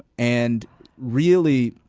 and really,